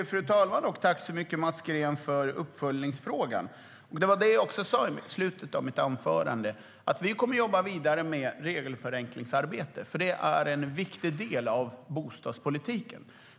Fru talman! Tack så mycket för uppföljningsfrågan, Mats Green! Det var det jag sa i slutet av mitt förra inlägg: Vi kommer att jobba vidare med regelförenklingsarbetet, för det är en viktig del av bostadspolitiken.